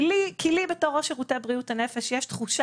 כי לי בתור ראש שירותי בריאות הנפש יש תחושה